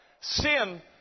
Sin